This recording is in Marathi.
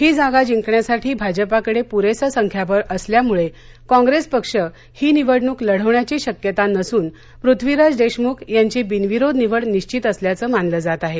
ही जागा जिंकण्यासाठी भाजपकडे प्रेसं संख्याबळ असल्यामुळे काँप्रेस पक्ष ही निवडणुक लढवण्याची शक्यता नसून पृथ्वीराज देशमुख यांची बिनविरोध निवड निश्चित असल्याचं मानलं जात आहे